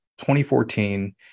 2014